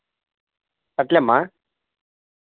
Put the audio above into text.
అట్లేమ్మా